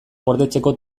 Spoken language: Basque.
gordetzeko